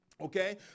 Okay